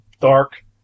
dark